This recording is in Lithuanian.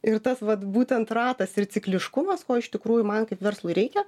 ir tas vat būtent ratas ir cikliškumas ko iš tikrųjų man kaip verslui reikia